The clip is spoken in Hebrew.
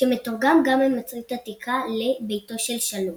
שמתורגם גם ממצרית עתיקה ל-"ביתו של שלום".